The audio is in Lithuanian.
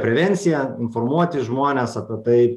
prevencija informuoti žmones apie tai